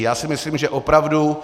Já si myslím, že opravdu...